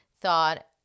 thought